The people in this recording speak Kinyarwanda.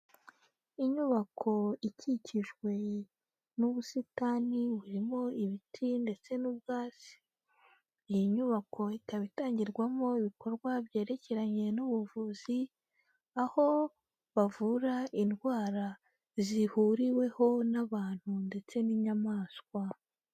Inyubako ikikijwe n'ubusitani burimo ibiti ndetse n'ubwatsi. Iyi nyubako itaba itangirwamo ibikorwa byerekeranye n'ubuvuzi, aho bavura indwara zihuriweho n'abantu ndetse n'inyamaswa.